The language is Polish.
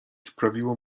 sprawiło